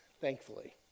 thankfully